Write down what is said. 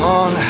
on